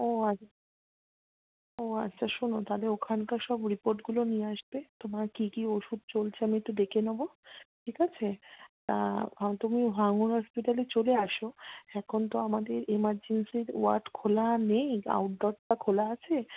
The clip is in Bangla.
ও আচ্ছা ও আচ্ছা শোনো তাহলে ওখানকার সব রিপোর্টগুলো নিয়ে আসবে তোমার কী কী ওষুধ চলছে আমি একটু দেখে নেবো ঠিক আছে হয় তুমি ভাঙর হসপিটালে চলে এসো এখন তো আমাদের এমার্জেন্সির ওয়ার্ড খোলা নেই আউটডোরটা খোলা আছে